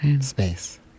space